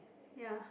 ya